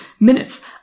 minutes